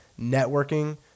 networking